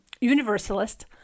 universalist